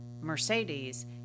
Mercedes